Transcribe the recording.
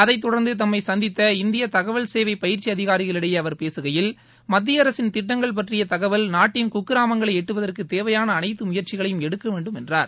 அதைத் தொடர்ந்து தம்மை சந்தித்த இந்திய தகவல் சேவை பயிற்சி அதிகாரிகளிடையே அவர் பேசுகையில் மத்திய அரசின் திட்டங்கள் பற்றிய தகவல் நாட்டின் குக்கிராமங்களை எட்டுவதற்கு தேவையான அனைத்து முயற்சிகளையும் எடுக்க வேண்டும் என்றார்